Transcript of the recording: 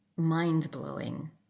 mind-blowing